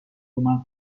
ومن